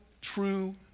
true